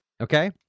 Okay